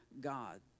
God